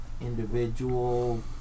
individual